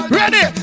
Ready